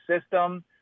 system